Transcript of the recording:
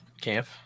camp